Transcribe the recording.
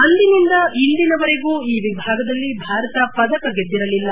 ಅಂದಿನಿಂದ ಇಂದಿನವರೆಗೂ ಈ ವಿಭಾಗದಲ್ಲಿ ಭಾರತ ಪದಕ ಗೆದ್ದಿರಲಿಲ್ಲ